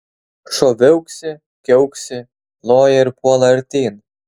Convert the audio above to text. šuo viauksi kiauksi loja ir puola artyn